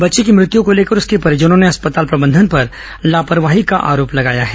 बच्चे की मृत्यू को लेकर उसके परिजनों ने अस्पताल प्रबंधन पर लापरवाही का आरोप लगाया है